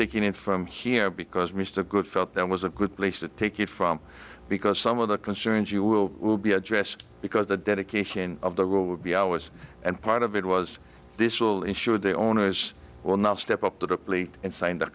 taking it from here because mr good felt that was a good place to take it from because some of the concerns you will will be addressed because the dedication of the rule would be i was and part of it was this will ensure the owners will not step up to the plea and sign